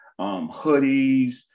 hoodies